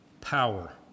power